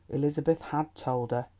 elizabeth had told her,